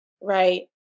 right